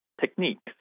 techniques